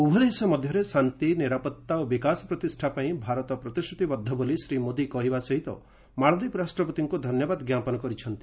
ଉଭୟ ଦେଶ ମଧ୍ୟରେ ଶାନ୍ତି ନିରାପତ୍ତା ଓ ବିକାଶ ପ୍ରତିଷ୍ଠା ପାଇଁ ଭାରତ ପ୍ରତିଶ୍ରତିବଦ୍ଧ ବୋଲି ଶ୍ରୀ ମୋଦି କହିବା ସହିତ ମାଳଦ୍ୱୀପ ରାଷ୍ଟ୍ରପତିଙ୍କୁ ଧନ୍ୟବାଦ ଜ୍ଞାପନ କରିଛନ୍ତି